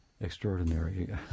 extraordinary